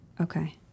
Okay